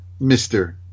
Mr